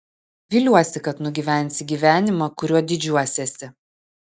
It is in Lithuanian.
viliuosi kad nugyvensi gyvenimą kuriuo didžiuosiesi